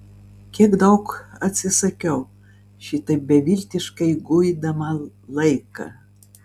kiek daug atsisakiau šitaip beviltiškai guidama laiką